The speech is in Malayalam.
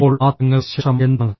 ഇപ്പോൾ ആ തലങ്ങൾക്ക് ശേഷം എന്താണ്